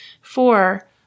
Four